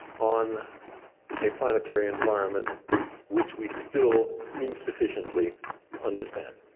on a planetary environment which we still insufficiently understand.